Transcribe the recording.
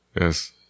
Yes